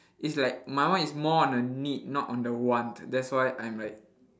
it's like my one is more on a need not on the want that's why I'm like